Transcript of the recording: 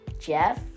Jeff